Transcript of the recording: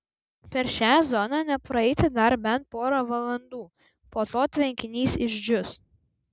per šią zoną nepraeiti dar bent porą valandų po to tvenkinys išdžius